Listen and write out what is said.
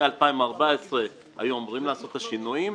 מ-2014 היו אמורים לעשות את השינויים,